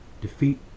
defeat